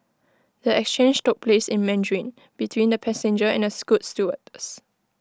the exchange took place in Mandarin between the passenger and A scoot stewardess